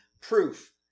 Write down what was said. proof